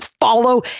follow